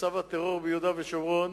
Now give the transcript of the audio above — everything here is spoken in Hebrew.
מצב הטרור ביהודה ושומרון